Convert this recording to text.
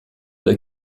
der